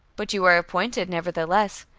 but you are appointed nevertheless,